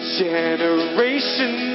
generation